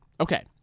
Okay